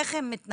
איך הם מתנהלים,